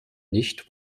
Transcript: nicht